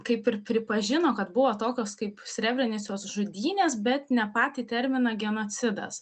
kaip ir pripažino kad buvo tokios kaip srebrenicos žudynės bet ne patį terminą genocidas